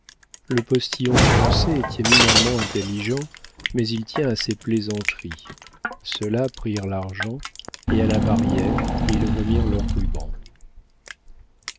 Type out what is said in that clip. le postillon français est éminemment intelligent mais il tient à ses plaisanteries ceux-là prirent l'argent et à la barrière ils remirent leurs rubans